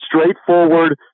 Straightforward